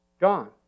Gone